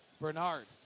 Bernard